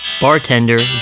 bartender